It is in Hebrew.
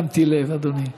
שמתי לב, אדוני.